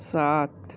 सात